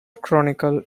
chronicle